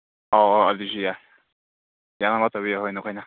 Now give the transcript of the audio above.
ꯑꯣ ꯑꯣ ꯑꯗꯨꯁꯨ ꯌꯥꯏ ꯌꯥꯅꯕ ꯇꯧꯕꯤꯌꯣ ꯍꯣꯏ ꯅꯈꯣꯅ